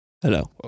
Hello